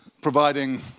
providing